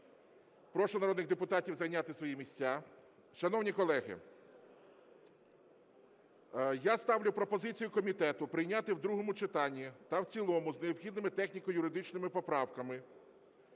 Прошу народних депутатів зайняти свої місця. Шановні колеги, я ставлю пропозицію комітету прийняти в другому читанні та в цілому з необхідними техніко-юридичними поправками